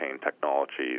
technologies